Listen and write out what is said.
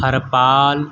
Harpal